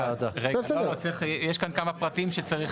יש כאן כמה פרטים שצריך לסגור.